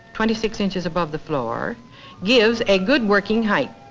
twenty six inches above the floor gives a good working height.